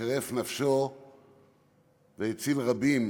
שחירף נפשו והציל רבים,